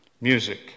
Music